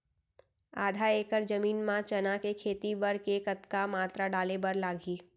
आधा एकड़ जमीन मा चना के खेती बर के कतका मात्रा डाले बर लागही?